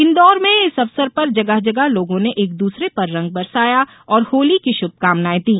इंदौर में इस अवसर पर जगह जगह लोगों ने एक दूसरे पर रंग बरसाया और होली की शुभकामनाए दी